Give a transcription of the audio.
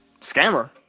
Scammer